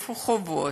איפה חובות?